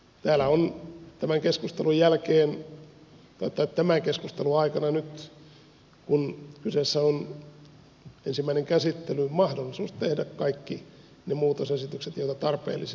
täällä on tämän keskustelun aikana nyt kun kyseessä on ensimmäinen käsittely mahdollisuus tehdä kaikki ne muutosesitykset joita tarpeellisina pidetään